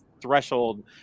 threshold